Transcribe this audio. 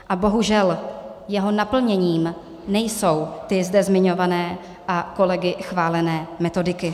A bohužel jeho naplněním nejsou zde zmiňované a kolegy chválené metodiky.